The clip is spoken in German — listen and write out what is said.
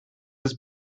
des